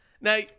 Now